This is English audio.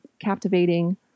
captivating